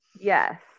Yes